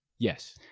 Yes